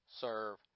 serve